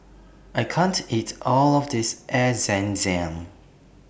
I can't eat All of This Air Zam Zam